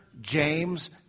James